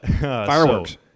Fireworks